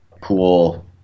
cool